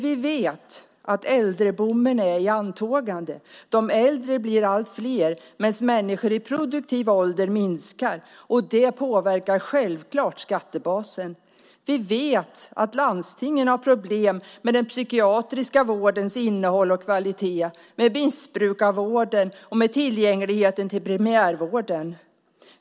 Vi vet att äldreboomen är i antågande. De äldre blir allt fler medan antalet människor i produktiv ålder minskar. Det påverkar självklart skattebasen. Vi vet att landstingen har problem med den psykiatriska vårdens innehåll och kvalitet, med missbrukarvården och med tillgängligheten till primärvården.